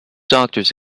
doctors